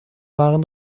waren